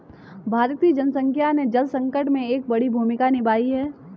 भारत की जनसंख्या ने जल संकट में एक बड़ी भूमिका निभाई है